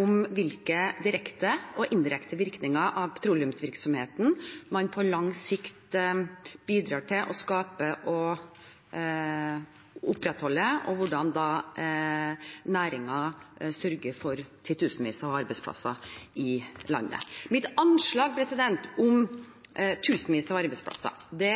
om hvilke direkte og indirekte virkninger petroleumsvirksomhet på lang sikt bidrar til å skape og opprettholde, og hvordan næringen sørger for titusenvis av arbeidsplasser i landet. Mitt anslag om titusenvis av arbeidsplasser